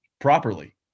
properly